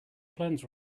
plans